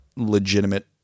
Legitimate